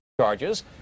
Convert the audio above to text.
Charges